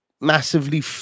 massively